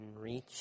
reach